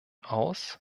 aus